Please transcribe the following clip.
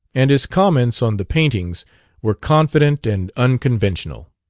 and his comments on the paintings were confident and unconventional.